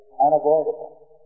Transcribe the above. unavoidable